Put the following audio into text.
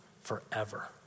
forever